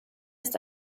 ist